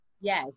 Yes